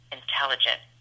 intelligent